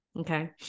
okay